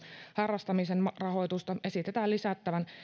harrastamisen rahoitusta esitetään lisättävän